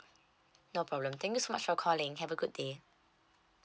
no problem thank you so much for calling have a good day